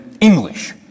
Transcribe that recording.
English